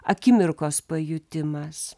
akimirkos pajutimas